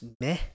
meh